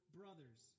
brothers